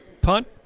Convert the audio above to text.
punt